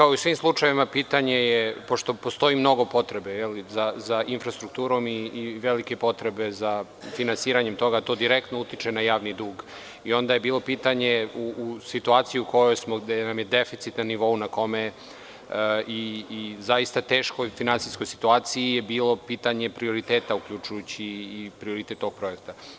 Kao i u svim slučajevima, pitanje je, pošto postoji mnogo potrebe za infrastrukturom i velike potrebe za finansiranjem toga, to direktno utiče na javni dug i onda je bilo pitanje, u situaciji u kojoj smo, gde nam je deficit na nivou na kome je i zaista teškoj finansijskoj situaciji, bilo je pitanje prioriteta, uključujući i prioritet ovog projekta.